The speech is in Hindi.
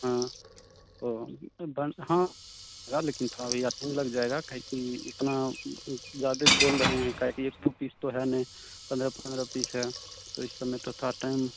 हाँ तो बन हाँ जाएगा थोड़ा भैया टैम लग जाएगा काहे की इतना ज्यादे बोल रहे हैं काहे कि एक दो पीस तो है नहीं पंद्रह पंद्रह पीस है तो इस समय तो थोड़ा टाइम